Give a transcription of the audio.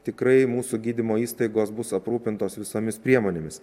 tikrai mūsų gydymo įstaigos bus aprūpintos visomis priemonėmis